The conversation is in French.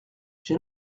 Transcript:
j’ai